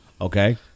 Okay